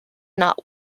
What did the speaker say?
not